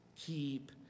Keep